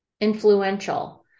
Influential